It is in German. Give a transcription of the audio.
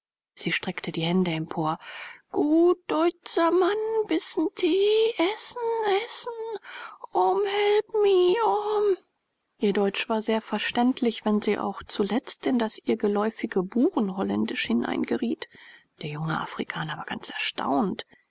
sie streckte die hände empor gut deutser mann bissen tee essen essen ohm help mi ohm ihr deutsch war sehr verständlich wenn sie auch zuletzt in das ihr geläufige burenholländisch hineingeriet der junge afrikaner war ganz erstaunt